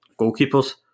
goalkeepers